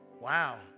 wow